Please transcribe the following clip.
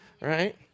right